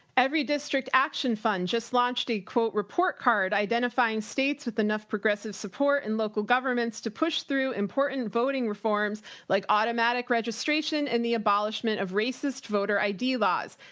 everydistrict action fund just launched a quote report card identifying states with enough progressive support and local governments to push through important voting reforms like automatic registration and the abolishment of racist voter id laws.